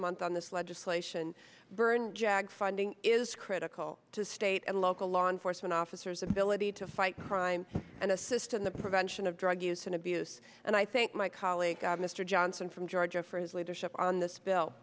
month on this legislation burn jag funding is critical to state and local law enforcement officers ability to fight crime and assist in the prevention of drug use and abuse and i thank my colleague mr johnson from georgia for his leadership on this bill